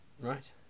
Right